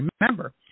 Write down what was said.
remember